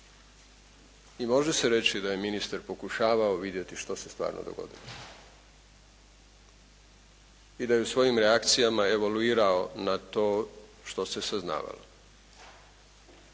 i može se reći da je ministar pokušavao vidjeti što se stvarno dogodilo i da je u svojim reakcijama evaluirao na to što se saznavalo.